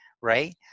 Right